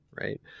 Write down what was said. right